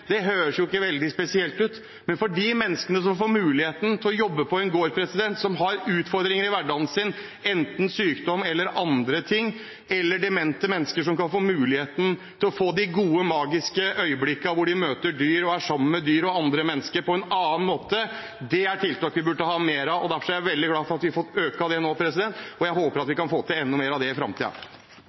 Det høres ikke veldig spesielt ut, men det er viktig for de menneskene som får muligheten til å jobbe på en gård, som har utfordringer i hverdagen sin – enten sykdom eller andre ting – eller demente mennesker som får muligheten til å få de gode og magiske øyeblikkene der de er sammen med dyr og mennesker på en annen måte. Dette er et tiltak vi burde ha mer av. Derfor er jeg veldig glad for at vi har fått økt dette nå, og jeg håper at vi kan få til enda mer av det i